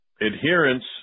Adherence